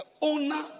owner